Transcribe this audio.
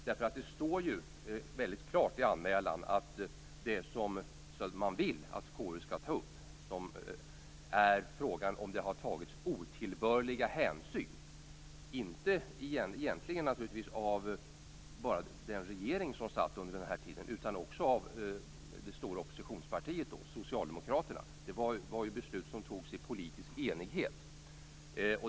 Det står väldigt klart i anmälan att det som man vill att KU skall ta upp är frågan om det har tagits otillbörliga hänsyn - egentligen inte bara av den regering som satt under den aktuella tiden utan också av det stora oppositionspartiet då, nämligen Socialdemokraterna. Det var alltså fråga om ett beslut som fattades i politisk enighet.